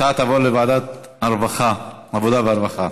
ההצעה תעבור לוועדת העבודה והרווחה.